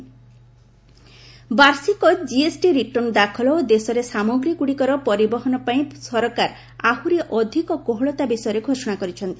GST return relaxation ବାର୍ଷିକ GST return ଦାଖଲ ଓ ଦେଶରେ ସାମଗ୍ରୀ ଗୁଡ଼ିକରେ ପରିବହନ ପାଇଁ ସରକାର ଆହୁରି ଅଧିକ କୋହଳତା ବିଷୟରେ ଘୋଷଣା କରିଛନ୍ତି